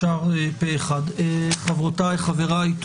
הצבעה בעד, פה אחד הוראות הבחירות